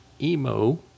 emo